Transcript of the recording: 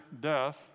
death